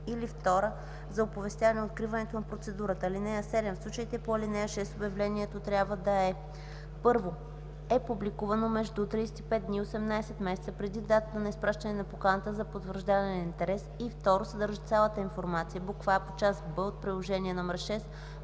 или 2 за оповестяване откриването на процедура. (7) В случаите по ал. 6 обявлението трябва да: 1. е публикувано между 35 дни и 18 месеца преди датата на изпращане на поканата за потвърждаване на интерес, и 2. съдържа цялата информация: а) по част Б от приложение № 6